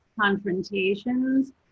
confrontations